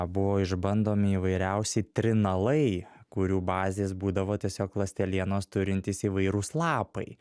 buvo išbandomi įvairiausi trinalai kurių bazės būdavo tiesiog ląstelienos turintys įvairūs lapai